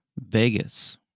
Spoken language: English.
Vegas